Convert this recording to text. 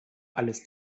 alles